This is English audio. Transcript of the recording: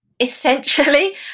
Essentially